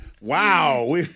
Wow